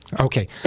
Okay